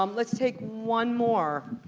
um let's take one more.